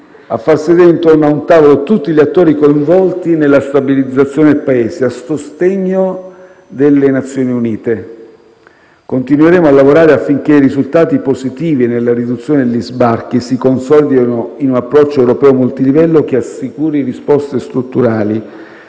a far sedere intorno a un tavolo tutti gli attori coinvolti nella stabilizzazione del Paese a sostegno delle Nazioni Unite. Continueremo a lavorare affinché i risultati positivi nella riduzione degli sbarchi si consolidano in un approccio europeo multilivello che assicuri risposte strutturali,